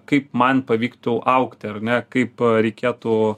kaip man pavyktų augti ar ne kaip reikėtų